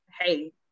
hey